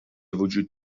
وجود